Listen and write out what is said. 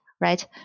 right